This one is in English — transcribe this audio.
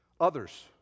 Others